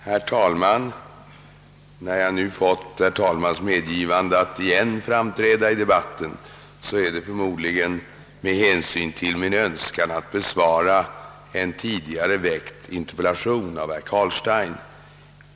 Herr talman! När jag nu fått herr talmannens medgivande att igen framträda i debatten, är det förmodligen med hänsyn till min önskan att besvara en tidigare väckt interpellation av herr Carlstein.